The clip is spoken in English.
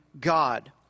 God